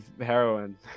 heroin